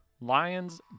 Lions